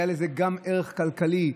גם ערך כלכלי: